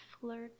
flirt